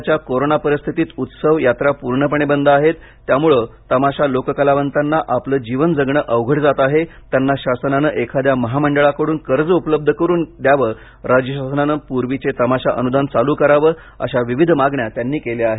सध्याच्या कोरोना परिस्थितीत उत्सव यात्रा पूर्णपणे बंद आहेत त्यामुळे तमाशा लोक कलावंताना आपले जीवन जगणे अवघड जात आहे त्यांना शासनाने एखाद्या महामंडळाकडुन कर्ज उपलब्ध करून घ्यावे राज्य शासनाने पूर्वीचे तमाशा अनुदान चालू करावे अशा विविध मागण्या त्यांनी केल्या आहेत